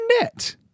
net